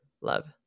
love